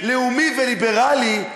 לאומי וליברלי,